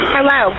Hello